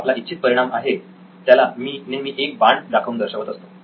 जो आपला इच्छित परिणाम आहे त्याला मी नेहमी एक बाण दाखवून दर्शवत असतो